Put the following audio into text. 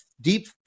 deep